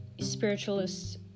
spiritualists